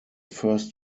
first